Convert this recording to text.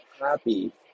happy